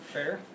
Fair